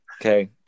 Okay